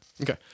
Okay